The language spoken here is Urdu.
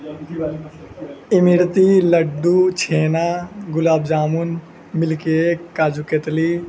امرتی لڈو چھینا گلاب جامن مل کیک کاجو کتلی